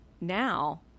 now